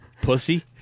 pussy